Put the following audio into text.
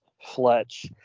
Fletch